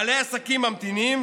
בעלי העסקים ממתינים,